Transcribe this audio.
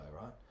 right